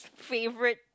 favourite